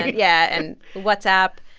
yeah and whatsapp,